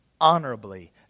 honorably